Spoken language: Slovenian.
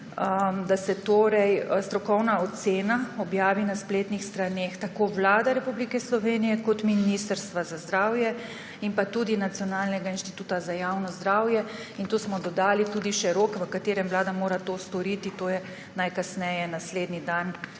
da se torej strokovna ocena objavi na spletnih straneh tako Vlade Republike Slovenije kot Ministrstva za zdravje in tudi Nacionalnega inštituta za javno zdravje, tu smo dodali še rok, v katerem mora Vlada to storiti, to je najkasneje naslednji dan